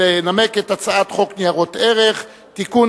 לנמק את הצעת חוק ניירות ערך (תיקון,